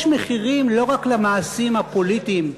יש מחירים לא רק למעשים הפוליטיים,